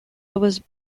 was